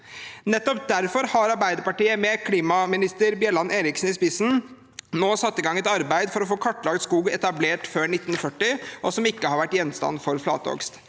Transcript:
naturskog. Derfor har Arbeiderpartiet, med klimaminister Bjelland Eriksen i spissen, nå satt i gang et arbeid for å få kartlagt skog etablert før 1940 og som ikke har vært gjenstand for flatehogst.